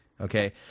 Okay